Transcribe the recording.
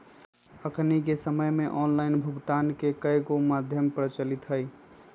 अखनिक समय में ऑनलाइन भुगतान के कयगो माध्यम प्रचलित हइ